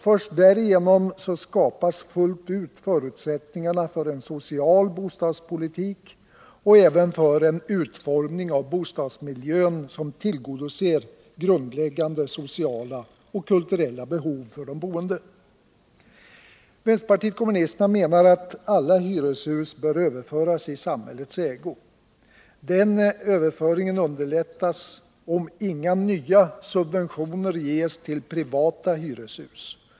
Först därigenom skapas fullt ut förutsättningarna för en social bostadspolitik och även för en utformning av bostadsmiljön som tillgodoser grundläggande sociala och kulturella behov för de boende. Vänsterpartiet kommunisterna menar att alla hyreshus bör överföras i samhällets ägo. Denna överföring underlättas om inga nya subventioner ges till privata hyreshus.